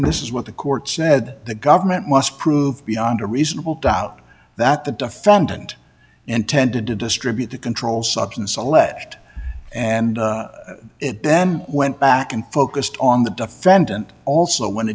in this is what the court said the government must prove beyond a reasonable doubt that the defendant intended to distribute the controlled substance alleged and it then went back and focused on the defendant also when